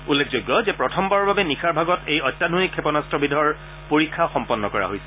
উল্লেখযোগ্য যে প্ৰথমবাৰৰ বাবে নিশাৰ ভাগত এই অত্যাধুনিক ক্ষেপণাস্ত্ৰবিধৰ পৰীক্ষা সম্পন্ন কৰা হৈছে